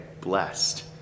blessed